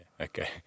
okay